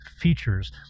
features